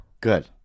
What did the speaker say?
Good